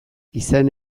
izan